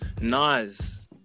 nas